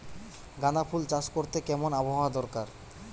গাঁদাফুল চাষ করতে কেমন আবহাওয়া দরকার?